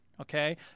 okay